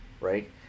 right